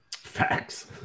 facts